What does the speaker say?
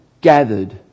gathered